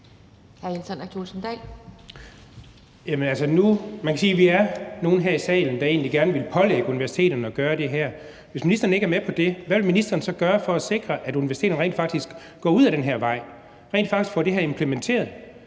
vi er nogle her i salen, der egentlig gerne ville pålægge universiteterne at gøre det her. Hvis ministeren ikke er med på det, hvad vil ministeren så gøre for at sikre, at universiteterne rent faktisk går ud ad den her vej og rent faktisk får det her implementeret,